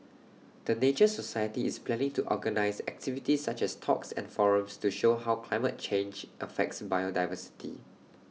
the nature society is planning to organise activities such as talks and forums to show how climate change affects biodiversity